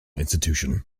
institution